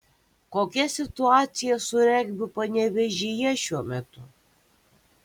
kokia situacija su regbiu panevėžyje šiuo metu